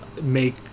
make